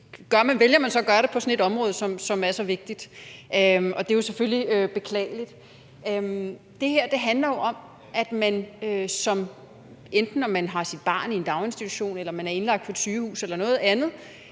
vælger så at gøre det på sådan et område, som er så vigtigt, og det er jo selvfølgelig beklageligt. Det her handler jo om, at man, når man enten har sit barn i en daginstitution eller man er indlagt på et sygehus eller noget andet,